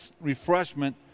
refreshment